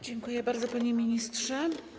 Dziękuję bardzo, panie ministrze.